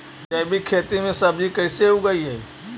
जैविक खेती में सब्जी कैसे उगइअई?